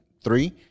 three